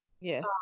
Yes